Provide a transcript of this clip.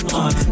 on